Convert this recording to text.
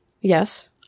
Yes